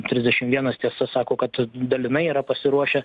trisdešim vienas tiesa sako kad dalinai yra pasiruošę